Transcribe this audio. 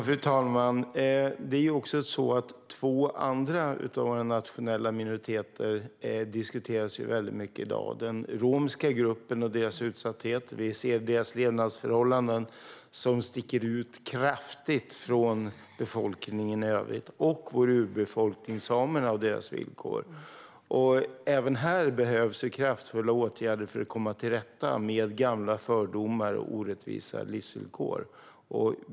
Fru talman! Det är ju också så att två andra av våra nationella minoriteter diskuteras väldigt mycket i dag. Den ena är den utsatta romska gruppen. Vi ser denna grupps levnadsförhållanden, som sticker ut kraftigt från dem som gäller för befolkningen i övrigt. Den andra är vår urbefolkning samerna, med de villkor som denna grupp har. Även här behövs kraftfulla åtgärder för att komma till rätta med gamla fördomar och orättvisa livsvillkor.